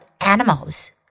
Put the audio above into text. animals